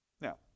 Now